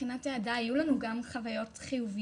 מבחינת העדה היו לנו גם חוויות חיוביות,